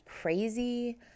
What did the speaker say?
crazy